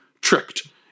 tricked